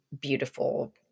beautiful